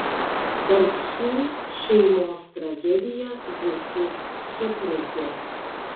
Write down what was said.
barcių šeimos tragedija visus sukrėtė